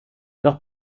doch